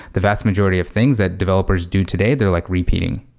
the vast majority of things that developers do today, they're like repeating.